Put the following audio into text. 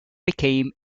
became